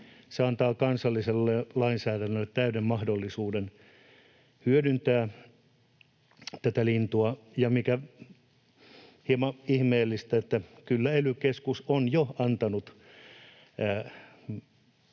se antaa kansalliselle lainsäädännölle täyden mahdollisuuden hyödyntää tätä lintua, ja mikä hieman ihmeellistä, kyllä ely-keskus on jo antanut